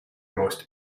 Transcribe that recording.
most